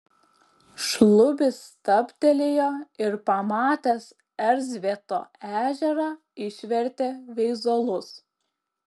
šlubis stabtelėjo ir pamatęs erzvėto ežerą išvertė veizolus